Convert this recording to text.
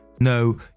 No